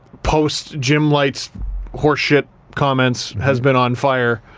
post-jim-lites horseshit comments, has been on fire.